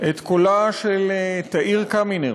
את קולה של תאיר קמינר,